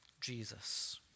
Jesus